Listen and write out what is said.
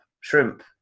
shrimp